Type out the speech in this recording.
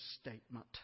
statement